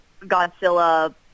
Godzilla